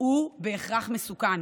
הוא בהכרח מסוכן.